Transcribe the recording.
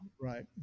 Right